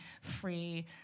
free